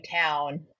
town